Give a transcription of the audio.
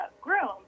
groom